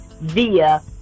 via